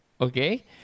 okay